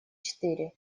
четыре